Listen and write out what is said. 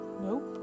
Nope